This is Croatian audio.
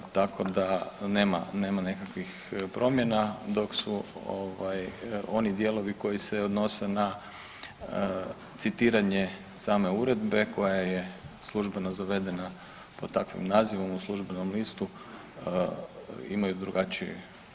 Tako da nema, nema nekakvih promjena dok su ovaj oni dijelovi koji se odnose na citiranje same uredbe koja je službeno zavedena pod takvim nazivom u Službenom listu imaju drugačiji naziv.